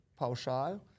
pauschal